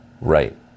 Right